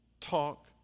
talk